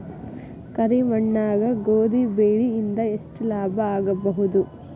ಕರಿ ಮಣ್ಣಾಗ ಗೋಧಿ ಬೆಳಿ ಇಂದ ಎಷ್ಟ ಲಾಭ ಆಗಬಹುದ?